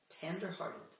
tender-hearted